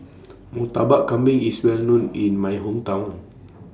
Murtabak Kambing IS Well known in My Hometown